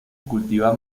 cultiva